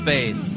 Faith